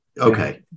Okay